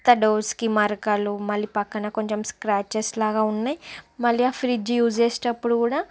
అంత డోర్స్కి మరకలు మళ్ళీ పక్కన కొంచం స్క్రాచెస్లాగా ఉన్నాయి మళ్ళీ ఆ ఫ్రిడ్జ్ యూస్ చేసేటప్పుడు కూడా